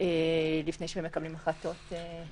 לפני שמקבלים החלטות.